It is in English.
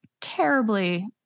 terribly